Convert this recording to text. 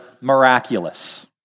miraculous